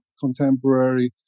contemporary